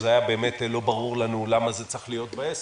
שבאמת לא היה ברור לנו למה זה צריך להיות בעסק,